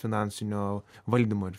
finansinio valdymo ir